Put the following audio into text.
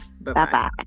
Bye-bye